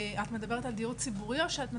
את מדברת על דיור ציבורי או שאת מדברת על הכלל?